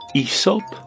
Aesop